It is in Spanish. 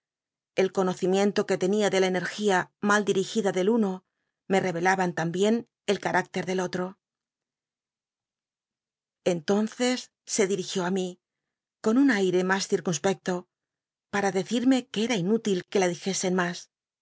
el conocimiento que tenia de la energía mal dirigida del uno me reyelaba lambicn el carácter del otro entonces se ditigió á mí con un ai re mas cir uc era inú til que la dijecunspecto pam